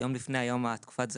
או עזב יום לפני יום תקופת הזכאות.